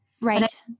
Right